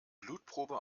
blutprobe